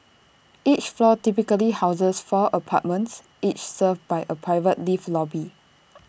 each floor typically houses four apartments each served by A private lift lobby